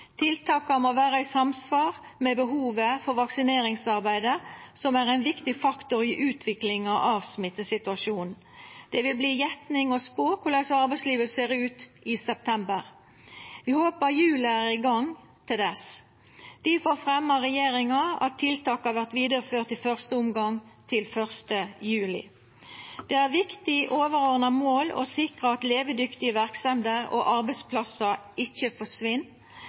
Tiltaka må vera i samsvar med behovet, og vaksineringsarbeidet er ein viktig faktor i utviklinga av smittesituasjonen. Det vil verta ei gjetting å spå korleis arbeidslivet ser ut i september. Vi håpar hjula er i gang til dess. Difor føreslår regjeringa at tiltaka vert vidareførte i første omgang til 1. juli. Det er eit viktig overordna mål å sikra at levedyktige verksemder og arbeidsplassar ikkje forsvinn,